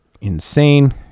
insane